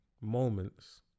moments